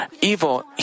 evil